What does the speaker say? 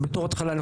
אז בתור התחלה,